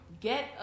get